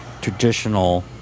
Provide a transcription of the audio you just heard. traditional